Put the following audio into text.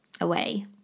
away